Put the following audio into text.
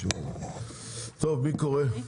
טוב מי קורא?